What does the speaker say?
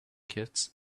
kids